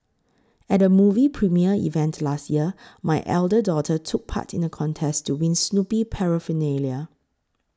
at a movie premiere event last year my elder daughter took part in a contest to win Snoopy paraphernalia